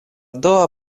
dua